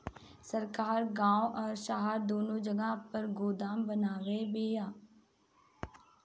सरकार गांव आ शहर दूनो जगह पर गोदाम बनवले बिया